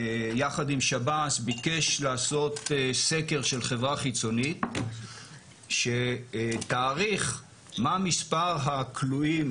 יחד עם שב"ס ביקש לעשות סקר של חברה חיצונית שתעריך מה מספר הכלואים